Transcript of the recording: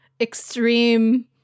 extreme